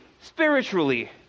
spiritually